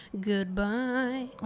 Goodbye